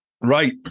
Right